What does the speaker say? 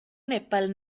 nepal